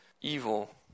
evil